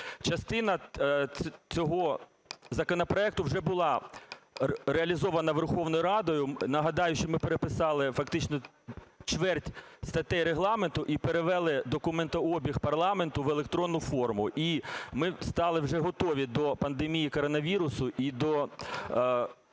Частина цього законопроекту вже була реалізована Верховною Радою. Нагадаю, що ми переписали фактично чверть статей Регламенту і перевели документообіг парламенту в електронну форму. І ми стали вже готові до пандемії коронавірусу і до